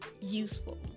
useful